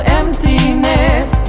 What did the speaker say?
emptiness